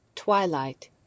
Twilight